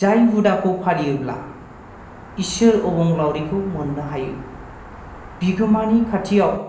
जाय हुदाखौ फालियोब्ला इसोर अबंलाउरिखौ मोननो हायो बिगोमानि खाथियाव